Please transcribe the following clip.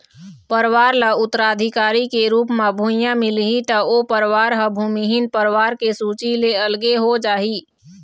परवार ल उत्तराधिकारी के रुप म भुइयाँ मिलही त ओ परवार ह भूमिहीन परवार के सूची ले अलगे हो जाही